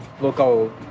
local